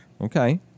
Okay